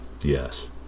Yes